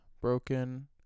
broken